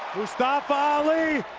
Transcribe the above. mustafa ali.